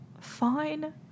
fine